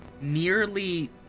nearly